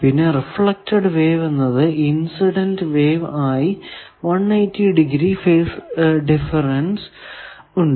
പിന്നെ reflected wave എന്നത് incident wave ആയി 180 ഡിഗ്രി ഫേസ് ഡിഫറെൻസ് ഉണ്ട്